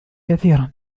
كثيرًا